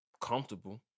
comfortable